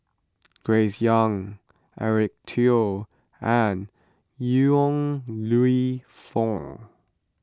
Grace Young Eric Teo and Yong Lew Foong